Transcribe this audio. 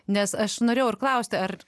nes aš norėjau paklausti ar